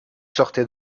sortez